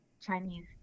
Chinese